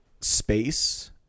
space